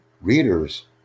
readers